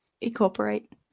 incorporate